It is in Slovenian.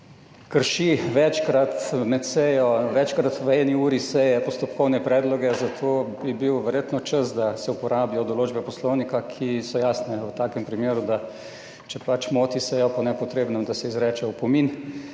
da večkrat med sejo, večkrat v eni uri seje krši postopkovne predloge, zato bi bil verjetno čas, da se uporabijo določbe poslovnika, ki so jasne v takem primeru – da če moti sejo po nepotrebnem, se izreče opomin.